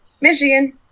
Michigan